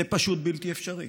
זה פשוט בלתי אפשרי,